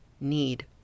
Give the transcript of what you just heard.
need